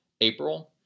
April